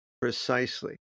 precisely